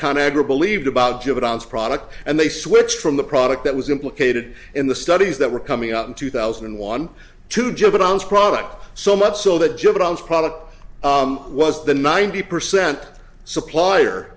con agra believed about jevons product and they switched from the product that was implicated in the studies that were coming up in two thousand and one to juveniles product so much so that juveniles product was the ninety percent supplier